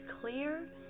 clear